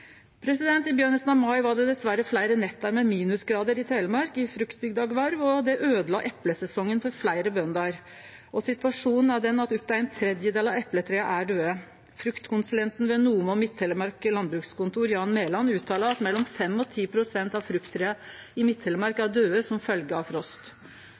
I byrjinga av mai var det dessverre fleire netter med minusgrader i Telemark i fruktbygda Gvarv, og det øydela eplesesongen for fleire bønder. Situasjonen er at opp til ein tredjedel av epletrea er døde. Fruktkonsulenten ved Nome og Midt-Telemark landbrukskontor, Jan Meland, uttala at mellom 5 og 10 pst. av frukttrea i Midt-Telemark er døde som følgje av frost.